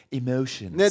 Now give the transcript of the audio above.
emotions